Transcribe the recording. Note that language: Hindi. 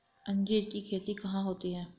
अंजीर की खेती कहाँ होती है?